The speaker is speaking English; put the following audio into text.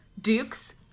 dukes